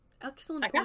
Excellent